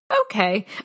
Okay